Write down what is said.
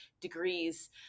degrees